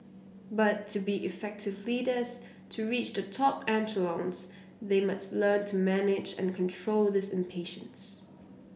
but to be effective leaders to reach the top echelons they must learn to manage and control this impatience